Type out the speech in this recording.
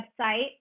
website